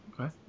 Okay